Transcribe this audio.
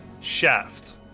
shaft